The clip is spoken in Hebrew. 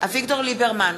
אביגדור ליברמן,